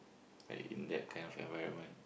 like in that kind of environment